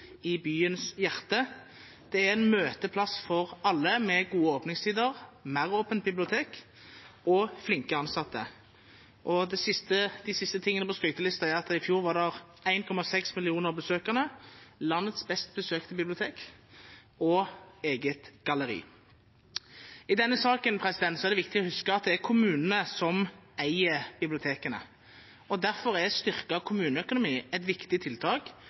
i byens hjerte. Det er en møteplass for alle, med gode åpningstider, meråpent bibliotek og flinke ansatte. De siste tingene på skrytelista er at i fjor var det 1,6 millioner besøkende – landets best besøkte bibliotek – og de har eget galleri. I denne saken er det viktig å huske at det er kommunene som eier bibliotekene, og derfor er styrket kommuneøkonomi et viktig tiltak